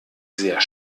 sehr